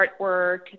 artwork